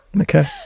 Okay